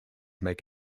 make